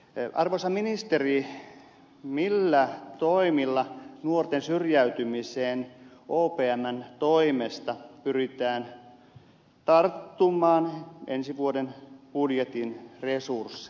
arvoisa ministeri millä toimilla nuorten syrjäytymiseen opmn toimesta pyritään tarttumaan ensi vuoden budjetin resursseilla